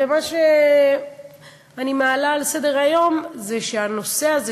אני מעלה על סדר-היום שהנושא הזה,